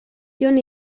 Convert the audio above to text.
jon